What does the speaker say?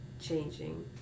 changing